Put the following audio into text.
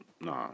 no